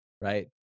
right